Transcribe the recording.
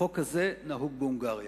החוק הזה נהוג בהונגריה,